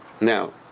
now